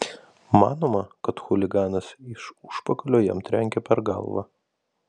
manoma kad chuliganas iš užpakalio jam trenkė per galvą